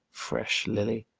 fresh lily,